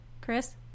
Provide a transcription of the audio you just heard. Chris